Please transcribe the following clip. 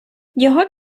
його